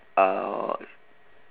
uh